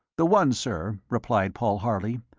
the one, sir, replied paul harley,